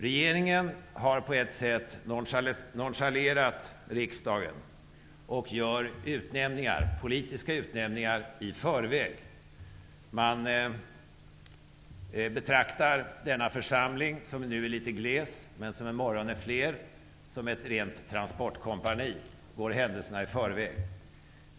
Regeringen nonchalerar på något sätt riksdagen genom att göra politiska utnämningar i förväg. Man betraktar denna församling -- som nu är litet gles, men det kommer fler i morgon -- som ett rent transportkompani och går händelserna i förväg.